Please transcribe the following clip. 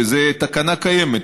שזו תקנה קיימת,